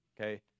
okay